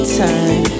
time